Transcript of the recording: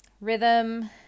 rhythm